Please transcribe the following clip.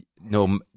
no